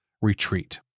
retreat